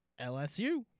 LSU